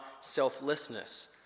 selflessness